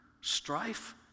strife